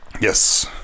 Yes